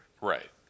right